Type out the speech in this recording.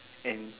and